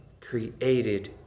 created